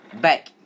back